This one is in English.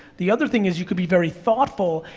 the other thing is you could be very thoughtful,